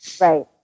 Right